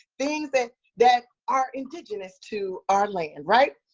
things that that are indigenous to our land, right?